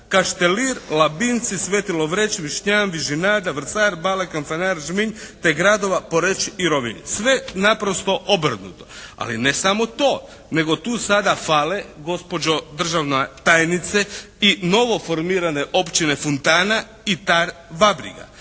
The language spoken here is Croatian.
Kaštelir, Labinci, Sveti Lovreč, Višnjan, Vižinada, Vrsar, …/Govornik se ne razumije./… Kanfanar, Žminj te gradova Poreč i Rovinj, sve naprosto obrnuto. Ali ne samo to nego tu sada fale gospođo državna tajnice i novoformirane općine Funtana i Tarvabriga,